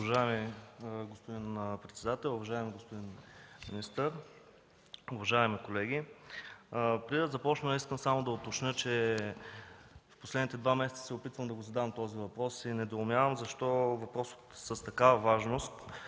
Уважаеми господин председател, уважаеми господин министър, уважаеми колеги! Преди да започна с въпроса си, само да уточня, че през последните два месеца се опитвам да задам този въпрос и недоумявам защо въпрос с такава важност